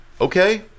okay